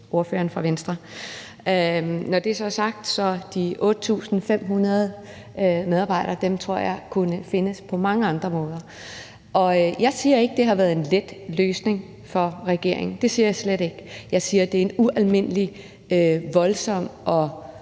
ordføreren fra Venstre. Når det så er sagt, tror jeg, de 8.500 medarbejdere kunne findes på mange andre måder. Jeg siger ikke, det har været en let løsning for regeringen. Det siger jeg slet ikke. Jeg siger, det er en ualmindelig voldsom og,